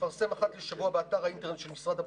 יפרסם אחת לשבוע באתר האינטרנט של משרד הבריאות,